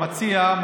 המציע,